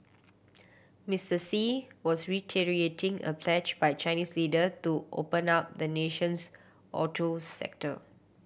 Mister Xi was reiterating a pledge by Chinese leader to open up the nation's auto sector